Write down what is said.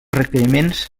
requeriments